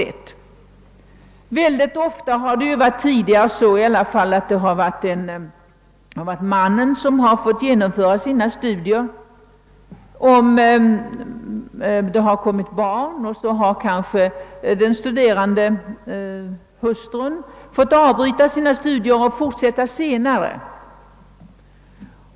Mycket ofta får mannen genomföra sina studier, medan hustrun, om det kommer barn, måste avbryta sina och ev. fortsätta senare.